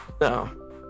No